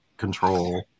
control